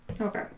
Okay